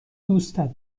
دوستت